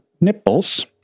nipples